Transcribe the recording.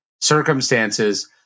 circumstances